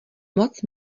moc